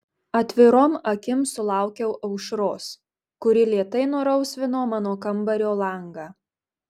atvirom akim sulaukiau aušros kuri lėtai nurausvino mano kambario langą